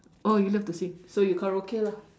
oh you love to sing so you karaoke lah